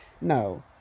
No